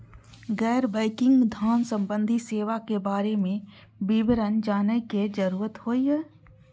गैर बैंकिंग धान सम्बन्धी सेवा के बारे में विवरण जानय के जरुरत होय हय?